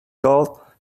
caught